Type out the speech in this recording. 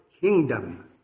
kingdom